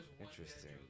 interesting